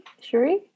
shuri